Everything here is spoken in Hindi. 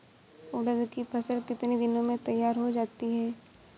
उड़द की फसल कितनी दिनों में तैयार हो जाती है?